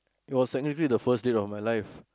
it was technically the first date of my life